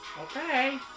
Okay